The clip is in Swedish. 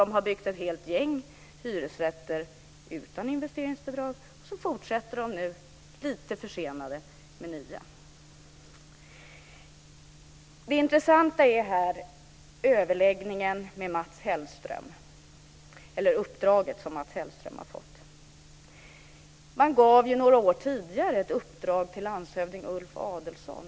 Det har alltså byggts en hel del hyresrätter utan investeringsbidrag, och nu fortsätter man - lite försenat - med att bygga nya. Det intressanta här är det uppdrag som Mats Hellström har fått. Några år tidigare gav man ett uppdrag till landshövding Ulf Adelsohn.